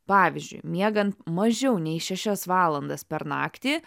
pavyzdžiui miegant mažiau nei šešias valandas per naktį